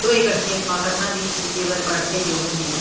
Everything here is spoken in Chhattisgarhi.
दो एकड़ खेत म कतना बीज छिंचे बर पड़थे गेहूँ के?